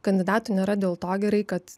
kandidatui nėra dėl to gerai kad